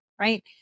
Right